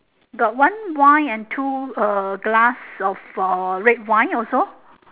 got one wine and two uh glass of uh red wine also